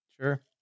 Sure